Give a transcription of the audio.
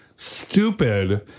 stupid